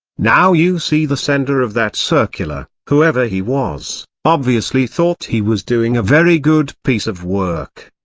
now you see the sender of that circular, whoever he was, obviously thought he was doing a very good piece of work.